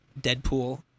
Deadpool